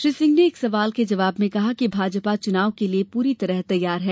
श्री सिंह ने एक सवाल के जवाब में कहा कि भाजपा चुनाव के लिये पूरी तरह तैयार है